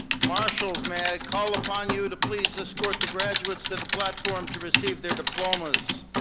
marshals may i call upon you to please escort the graduates to the platform to receive their diplomas.